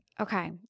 Okay